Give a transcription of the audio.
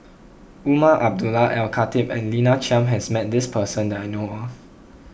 Umar Abdullah Al Khatib and Lina Chiam has met this person that I know of